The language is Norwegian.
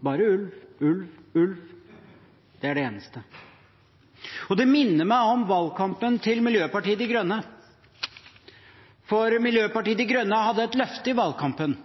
bare ulv, ulv, ulv. Det er det eneste. Det minner meg om valgkampen til Miljøpartiet De Grønne, for Miljøpartiet De Grønne hadde et løfte i valgkampen: